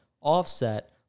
Offset